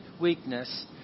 weakness